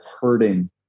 hurting